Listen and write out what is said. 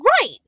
Right